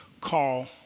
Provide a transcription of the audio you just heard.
call